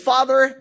Father